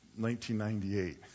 1998